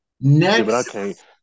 Next